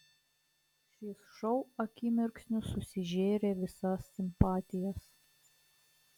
šis šou akimirksniu susižėrė visas simpatijas